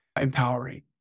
empowering